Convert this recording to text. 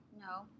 No